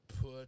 put